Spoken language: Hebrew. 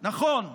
נכון,